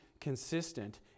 consistent